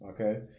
Okay